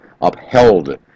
upheld